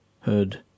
Heard